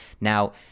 Now